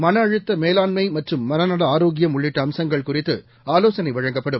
மனஅழுத்த மேலாண்மை மற்றும் மனநல ஆரோக்கியம் உள்ளிட்ட அம்சங்கள் குறித்து ஆலோசனை வழங்கப்படும்